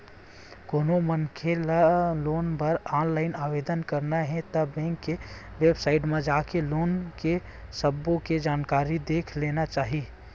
कोनो मनखे ल लोन बर ऑनलाईन आवेदन करना हे ता बेंक के बेबसाइट म जाके लोन के सब्बो के जानकारी देख लेना चाही